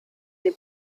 die